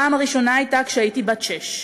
הפעם הראשונה הייתה כשהייתי בת שש.